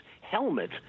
helmet